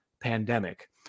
pandemic